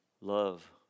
Love